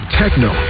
techno